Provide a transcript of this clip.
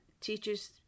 teachers